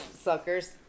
suckers